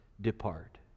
depart